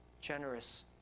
generous